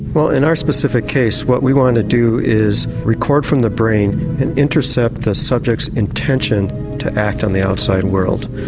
well in our specific case what we want to do is record from the brain and intercept the subject's intension to act on the outside world.